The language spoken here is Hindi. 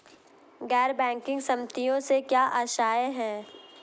गैर बैंकिंग संपत्तियों से क्या आशय है?